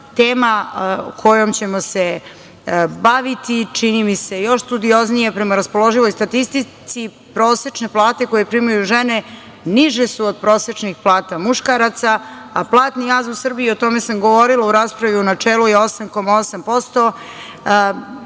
tema kojom ćemo se baviti čini mi se još studioznije, prema raspoloživoj statistici prosečne plate koje primaju žene niže su od prosečnih plata muškaraca, a platni jaz u Srbiji, a o tome sam govorila u raspravi u načelu je 8,8%.